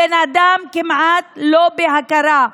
הבן אדם כמעט לא בהכרה.